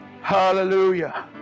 Hallelujah